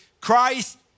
Christ